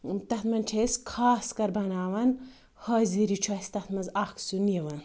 تَتھ منٛز چھِ أسۍ خاص کَر بَناوان حٲضِری چھُ اَسہِ تَتھ منٛز اَکھ سیُن یِوان